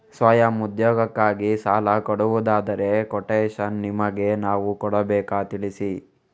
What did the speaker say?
ಸ್ವಯಂ ಉದ್ಯೋಗಕ್ಕಾಗಿ ಸಾಲ ಕೊಡುವುದಾದರೆ ಕೊಟೇಶನ್ ನಿಮಗೆ ನಾವು ಕೊಡಬೇಕಾ ತಿಳಿಸಿ?